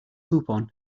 coupon